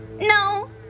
No